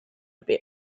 bit